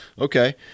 Okay